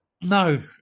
no